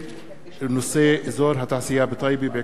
ואזור התעשייה בטייבה,